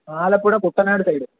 Alappuzha Kuttanad side